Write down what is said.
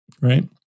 right